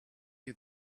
you